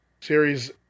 series